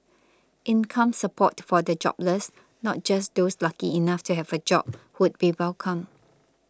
income support for the jobless not just those lucky enough to have a job would be welcome